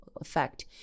effect